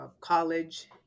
college